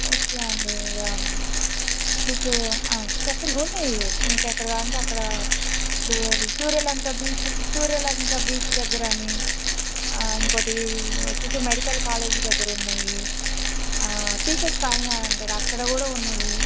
okay అండి yeah మీకు చెప్పండి ఉన్నాయి మీకు ఎక్కడ కావాలంటే అక్కడ ఇప్పుడు సూర్యలంక బీచు సూర్యలంక బీచ్ దగ్గర అని ఇంకోటి వచ్చి మెడికల్ కాలేజీ దగ్గర ఉన్నాయి టీచర్స్ కాలనీ అని అంటారు అక్కడ కూడా ఉన్నాయి